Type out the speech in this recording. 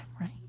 right